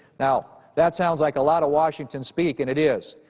now, that sounds like a lot of washington speak and it is.